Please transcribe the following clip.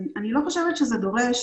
אני לא חושבת שזה דורש